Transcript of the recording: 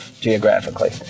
geographically